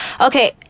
Okay